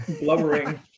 blubbering